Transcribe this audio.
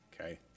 Okay